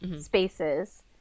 spaces